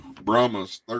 Brahmas